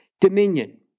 dominion